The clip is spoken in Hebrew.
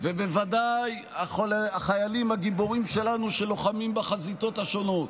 בוודאי החיילים הגיבורים שלנו שלוחמים בחזיתות השונות,